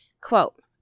Quote